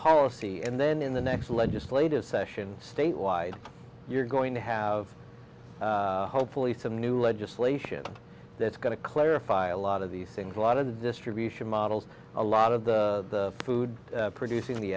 policy and then in the next legislative session statewide you're going to have hopefully some new legislation that's going to clarify a lot of these things a lot of the distribution models a lot of the food producing the